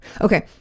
Okay